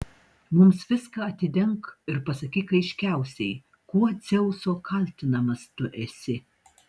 mums viską atidenk ir pasakyk aiškiausiai kuo dzeuso kaltinamas tu esi